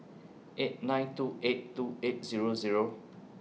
eight nine two eight two eight Zero Zero